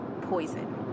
poison